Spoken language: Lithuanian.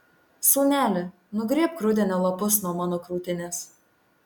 sūneli nugrėbk rudenio lapus nuo mano krūtinės